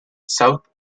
south